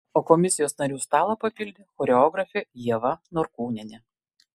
o komisijos narių stalą papildė choreografė ieva norkūnienė